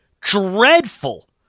dreadful